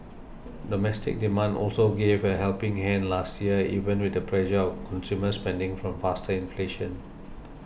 domestic demand also gave a helping hand last year even with the pressure on consumer spending from faster inflation